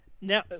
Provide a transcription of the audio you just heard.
Now